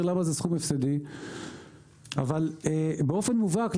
למה זה סכום הפסדים אבל באופן מובהק,